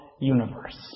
universe